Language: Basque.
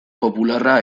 popularra